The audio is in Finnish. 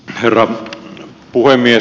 herra puhemies